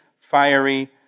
fiery